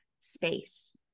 space